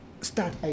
start